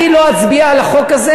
אני לא אצביע על החוק הזה.